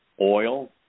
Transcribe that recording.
oil